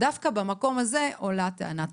דווקא במקום הזה עולה טענת